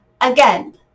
Again